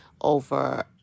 over